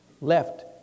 left